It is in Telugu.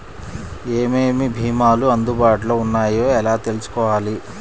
ఏమేమి భీమాలు అందుబాటులో వున్నాయో ఎలా తెలుసుకోవాలి?